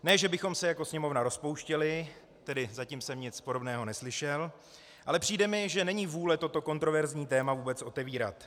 Ne že bychom se jako Sněmovna rozpouštěli, tedy zatím jsem nic podobného neslyšel, ale přijde mi, že není vůle toto kontroverzní téma vůbec otevírat.